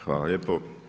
Hvala lijepo.